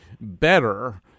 better